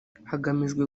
hagamijwe